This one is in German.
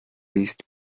liest